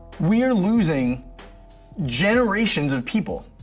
we are losing generations of people.